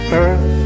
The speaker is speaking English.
Earth